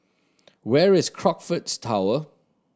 where is Crockfords Tower